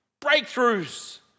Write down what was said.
Breakthroughs